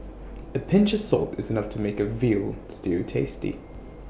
A pinch of salt is enough to make A Veal Stew tasty